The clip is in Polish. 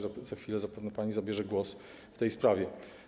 Za chwilę zapewne pani zabierze głos w tej sprawie.